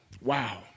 Wow